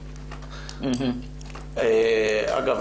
אגב,